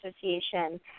Association